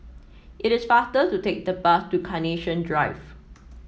it is faster to take the bus to Carnation Drive